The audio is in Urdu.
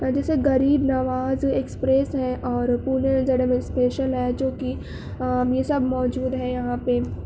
جیسے غریب نواز اکسپریس ہے اور پونے اسپیشل ہے جو کہ یہ سب موجود ہے یہاں پہ